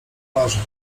uważał